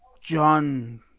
John